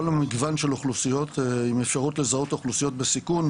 המגוון של אוכלוסיות עם אפשרות לזהות אוכלוסיות בסיכון,